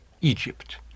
Egypt